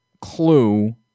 clue